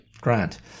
Grant